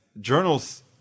journals